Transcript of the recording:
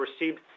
received